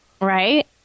Right